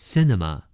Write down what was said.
Cinema